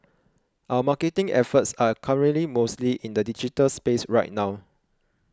our marketing efforts are currently mostly in the digital space right now